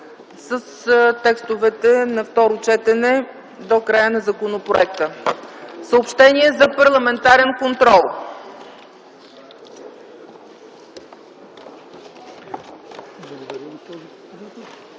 с текстовете на второ четене до края на законопроекта. Съобщение за парламентарен контрол